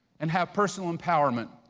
and have personal empowerment.